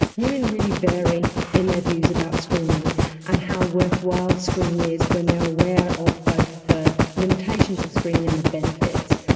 women really vary in their views about screening and how worthwhile screening is when they are aware of both the limitations of screening and the benefits.